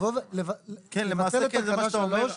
מה שאתה אומר,